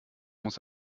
muss